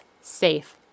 safe